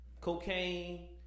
Cocaine